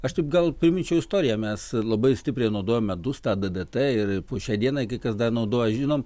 aš taip gal priminčiau istoriją mes labai stipriai naudojomedustą d d t ir po šiai dienai kai kas dar naudoja žinom